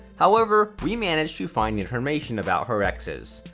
however, we managed to find information about her exes.